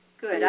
good